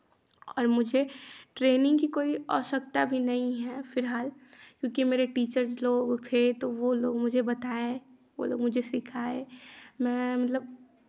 और मुझे ट्रेनिंग की कोई आवश्यकता भी नहीं है फिलहाल क्योंकि मेरे टीचर लोग थे तो वो लोग मुझे बताए वो लोग मुझे सिखाए मैं मतलब